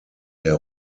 der